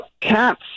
cats